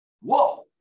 Whoa